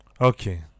okay